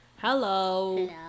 Hello